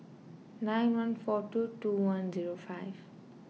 nine one four two two one zero five